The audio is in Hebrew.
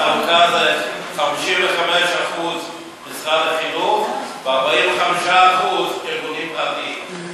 55% משרד החינוך ו-45% ארגונים פרטיים.